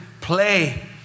play